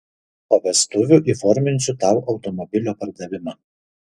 po vestuvių įforminsiu tau automobilio pardavimą